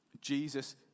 Jesus